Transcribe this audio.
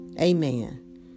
Amen